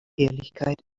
ehrlichkeit